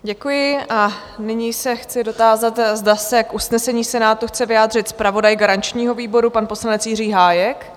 Děkuji a nyní se chci dotázat, zda se k usnesení Senátu chce vyjádřit zpravodaj garančního výboru, pan poslanec Jiří Hájek?